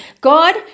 God